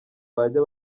bajya